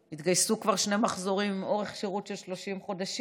התגייסו כבר שני מחזורים עם אורך שירות של 30 חודשים,